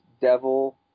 Devil